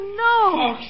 no